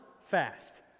fast